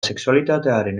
sexualitatearen